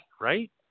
right